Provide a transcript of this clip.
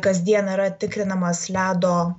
kasdien yra tikrinamas ledo